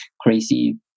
crazy